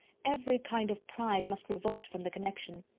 every kind of pride must revolt from the connection.